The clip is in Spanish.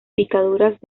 picaduras